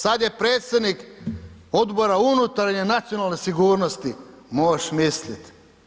Sad je predsjednik Odbora unutarnje i nacionalne sigurnosti, mo'š mislit.